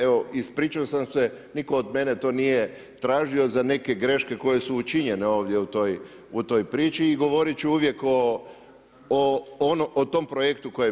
Evo ispričao sam se nitko od mene to nije tražio za neke greške koje su učinjene ovdje u toj priči i govorit ću uvijek o tom projektu koji je bio.